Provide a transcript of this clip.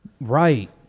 Right